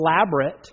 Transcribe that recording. elaborate